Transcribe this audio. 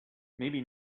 maybe